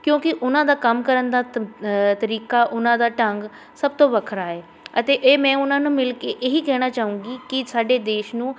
ਕਿਉਂਕਿ ਉਹਨਾਂ ਦਾ ਕੰਮ ਕਰਨ ਦਾ ਤ ਤਰੀਕਾ ਉਹਨਾਂ ਦਾ ਢੰਗ ਸਭ ਤੋਂ ਵੱਖਰਾ ਹੈ ਅਤੇ ਇਹ ਮੈਂ ਉਹਨਾਂ ਨੂੰ ਮਿਲ ਕੇ ਇਹੀ ਕਹਿਣਾ ਚਾਹੂੰਗੀ ਕਿ ਸਾਡੇ ਦੇਸ਼ ਨੂੰ